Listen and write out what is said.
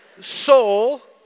soul